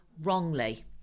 wrongly